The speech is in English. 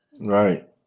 Right